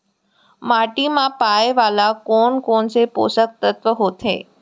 माटी मा पाए वाले कोन कोन से पोसक तत्व होथे?